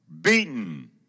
beaten